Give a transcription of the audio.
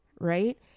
right